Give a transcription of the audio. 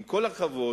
עם כל הכבוד,